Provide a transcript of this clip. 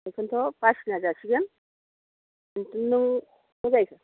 बेखौथ' बासिना जासिगोन जुदि नों सबाय